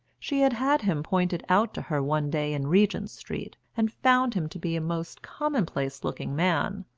she had had him pointed out to her one day in regent street, and found him to be a most commonplace-looking man,